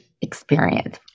experience